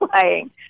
playing